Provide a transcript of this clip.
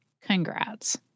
Congrats